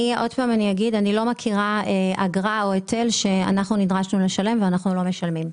אני לא מכירה אגרה שאנחנו לא משלמים.